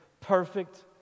perfect